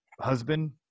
husband